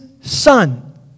Son